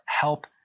help